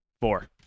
Four